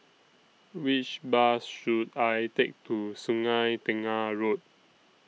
Which Bus should I Take to Sungei Tengah Road